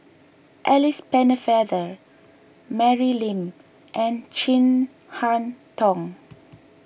Alice Pennefather Mary Lim and Chin Harn Tong